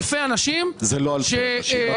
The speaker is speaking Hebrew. אנחנו מתווכחים על אלפי אנשים ש --- זה לא אלפי אנשים.